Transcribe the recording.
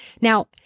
Now